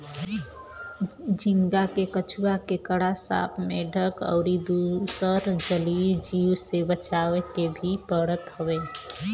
झींगा के कछुआ, केकड़ा, सांप, मेंढक अउरी दुसर जलीय जीव से बचावे के भी पड़त हवे